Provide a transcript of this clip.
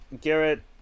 Garrett